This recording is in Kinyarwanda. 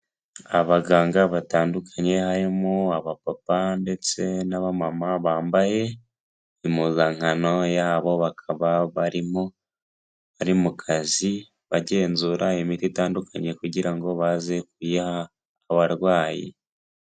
Abaganga batandukanye harimo abapapa ndetse n'abamama bambaye impuzankano yabo, bakaba barimo bari mu kazi bagenzura imiti itandukanye, kugira ngo baze kuyiha abarwayi.